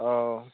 औ